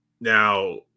Now